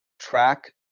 track